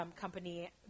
Company